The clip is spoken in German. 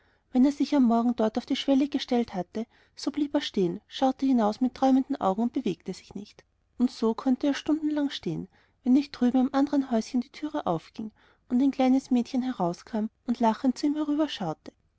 wenn er sich am morgen dort auf die schwelle gestellt hatte so blieb er stehen schaute hinaus mit träumenden augen und bewegte sich nicht und so konnte er stundenlang stehen wenn nicht drüben am anderen häuschen die türe aufging und ein kleines mädchen herauskam und lachend zu ihm